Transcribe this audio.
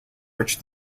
which